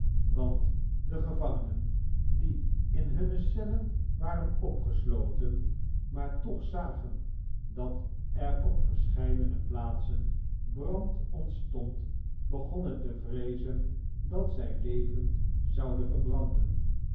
want de gevangenen die in hunne ceilen waren opgesloten maar toch zagen dat er op verscheidene plaatsen brand ontstond begonnen te vreezen dat zij levend zouden verbranden